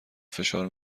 فشار